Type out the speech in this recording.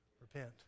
Repent